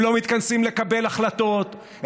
הם לא מתכנסים לקבל החלטות,